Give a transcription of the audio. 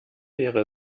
wäre